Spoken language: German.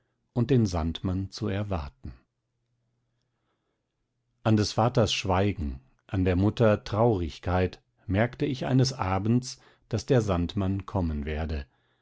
und den sandmann zu erwarten an des vaters schweigen an der mutter traurigkeit merkte ich eines abends daß der sandmann kommen werde